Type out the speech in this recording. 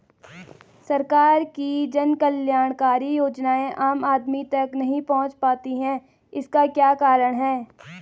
सरकार की जन कल्याणकारी योजनाएँ आम आदमी तक नहीं पहुंच पाती हैं इसका क्या कारण है?